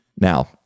Now